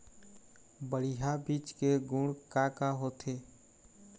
बढ़िया बीज के गुण का का होथे?